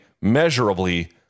measurably